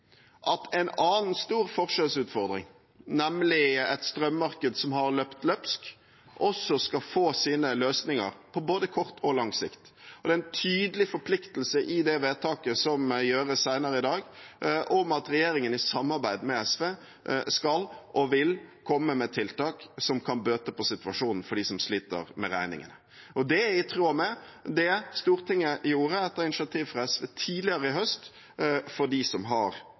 at en annen stor forskjellsutfordring, nemlig et strømmarked som har løpt løpsk, også skal få sine løsninger, på både kort og lang sikt. Det er en tydelig forpliktelse i det vedtaket som gjøres senere i dag om at regjeringen i samarbeid med SV skal og vil komme med tiltak som kan bøte på situasjonen for dem som sliter med regningene. Det er i tråd med det Stortinget gjorde etter initiativ fra SV tidligere i høst for dem har